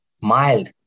mild